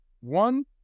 One